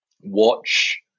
watch